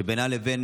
שבינה לבין